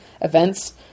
events